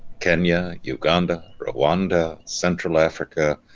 kenya. uganda. rwanda. central africa.